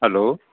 hello